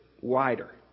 wider